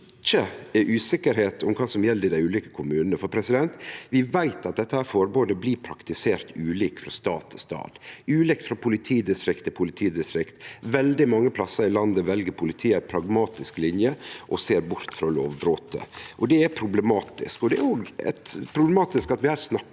vi veit at dette forbodet blir praktisert ulikt frå stad til stad og frå politidistrikt til politidistrikt. Veldig mange plassar i landet vel politiet ei pragmatisk linje og ser bort frå lovbrotet, og det er problematisk. Det er òg problematisk at vi her snakkar